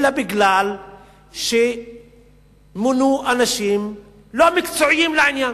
אלא משום שמונו אנשים לא מקצועיים לעניין.